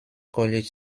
college